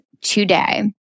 today